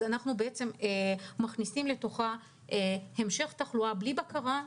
אנחנו מכניסים לתוכה המשך תחלואה בלי בקרה,